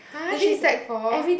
!huh! she sec four